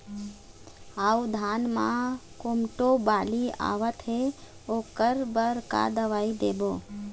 अऊ धान म कोमटो बाली आवत हे ओकर बर का दवई देबो?